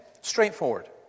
Straightforward